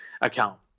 account